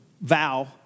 vow